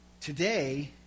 Today